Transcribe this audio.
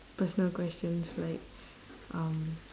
personal questions like um